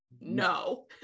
no